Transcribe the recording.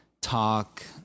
talk